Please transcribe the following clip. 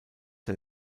der